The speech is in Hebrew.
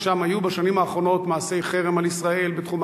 שם היו בשנים האחרונות מעשי חרם על ישראל בתחום